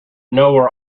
nowhere